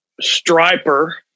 Striper